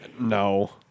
no